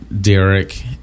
Derek